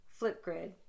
Flipgrid